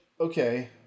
okay